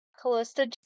Calista